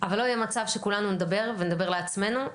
אבל לא יהיה מצב שכולנו נדבר ונדבר לעצמנו,